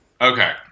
Okay